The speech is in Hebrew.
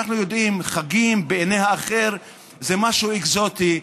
אנחנו יודעים, חגים בעיני האחר זה משהו אקזוטי,